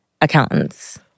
accountants